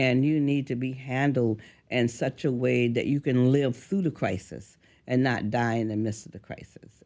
and you need to be handled and such a way that you can live food crisis and not die in the midst of the crisis